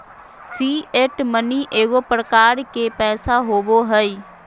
fiat money एगो प्रकार के पैसा होबो हइ